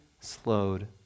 slowed